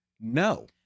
No